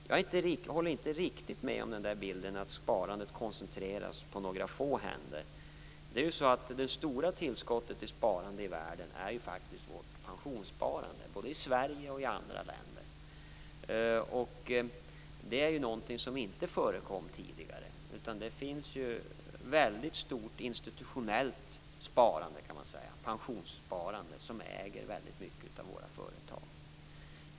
Jag håller inte riktigt med om bilden att sparandet koncentreras på några få händer. Det stora tillskottet i sparande i världen är faktiskt vårt pensionssparande, både i Sverige och i andra länder. Det är någonting som inte förekom tidigare. Det finns ett väldigt stort institutionellt sparande - pensionssparande - och de institutionerna äger väldigt mycket av våra företag.